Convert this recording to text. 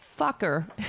fucker